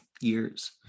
years